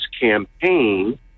campaign